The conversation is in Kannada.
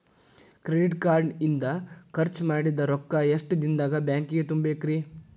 ಕ್ರೆಡಿಟ್ ಕಾರ್ಡ್ ಇಂದ್ ಖರ್ಚ್ ಮಾಡಿದ್ ರೊಕ್ಕಾ ಎಷ್ಟ ದಿನದಾಗ್ ಬ್ಯಾಂಕಿಗೆ ತುಂಬೇಕ್ರಿ?